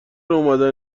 اومدن